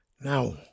Now